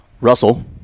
Russell